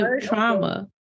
trauma